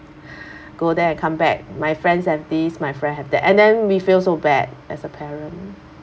go there and come back my friends have this my friend have that and then we feel so bad as a parent